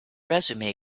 resume